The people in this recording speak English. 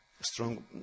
Strong